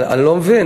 אני לא מבין.